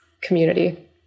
community